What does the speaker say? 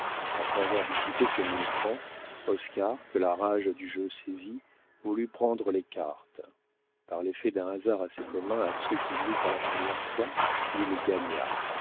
après avoir dissipé ses mille francs oscar que la rage du jeu saisit voulut prendre les cartes par l'effet d'un hasard assez commun à ceux qui jouent pour la première fois il